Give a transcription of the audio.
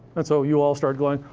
and so, you all start going,